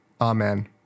Amen